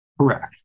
Correct